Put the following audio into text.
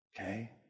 okay